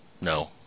No